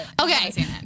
Okay